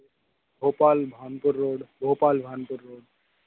Bhopal Bhanpur road Bhopal Bhanpur road